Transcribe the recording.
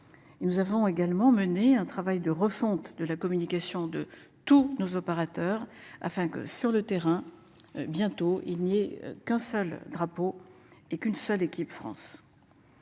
nous avons également mener un travail de refonte de la communication de tous nos opérateurs afin que sur le terrain. Bientôt il n'y ait qu'un seul drapeau et qu'une seule équipe France.